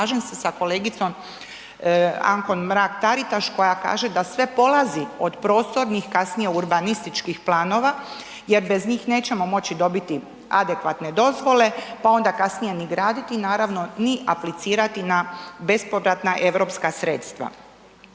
slažem se sa kolegicom Ankom Mrak-Taritaš koja kaže da sve polazi od prostornih, kasnije urbanističkih planova jer bez njih nećemo moći dobiti adekvatne dozvole, pa onda kasnije ni graditi, naravno ni aplicirati na bespovratna europska sredstva.